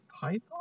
Python